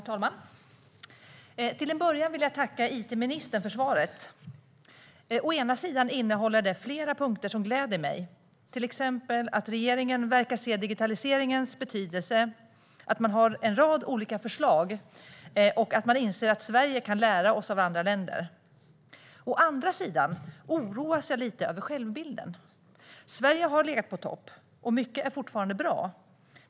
Herr talman! Till en början vill jag tacka it-ministern för svaret. Å ena sidan innehåller det flera punkter som gläder mig, till exempel att regeringen verkar att se digitaliseringens betydelse, att man har en rad olika förslag och att man inser att Sverige kan lära sig av andra länder. Å andra sidan oroas jag lite över självbilden. Sverige har legat på topp, och mycket är fortfarande bra.